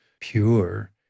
pure